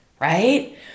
right